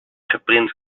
geprint